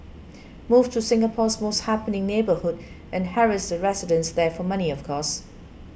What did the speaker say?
move to Singapore's most happening neighbourhood and harass the residents there for money of course